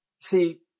See